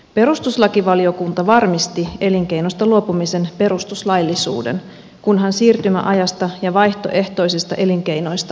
perustuslakivaliokunta varmisti elinkeinosta luopumisen perustuslaillisuuden kunhan siirtymäajasta ja vaihtoehtoisista elinkeinoista huolehditaan